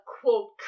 quote